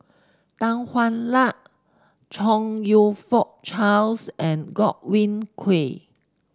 Tan Hwa Luck Chong You Fook Charles and Godwin Koay